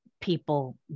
people